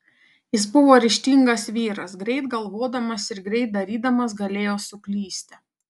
jis buvo ryžtingas vyras greit galvodamas ir greit darydamas galėjo suklysti